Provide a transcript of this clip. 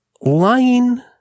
lying